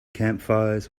campfires